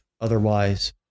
otherwise